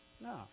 No